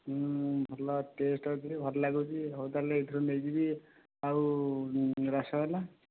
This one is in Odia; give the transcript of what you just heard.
ଭଲ ଟେଷ୍ଟ ଅଛି ଭଲ ଲାଗୁଛି ହଉ ତା ହେଲେ ଏହିଥିରୁ ନେଇଯିବି ଆଉ ରସଗୋଲା